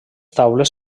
taules